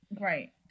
Right